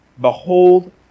Behold